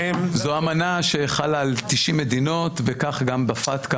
זו אמנה שחלה על 90 מדינות, וככה גם בפתק"א.